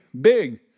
big